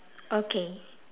okay